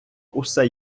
усе